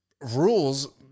rules